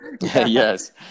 Yes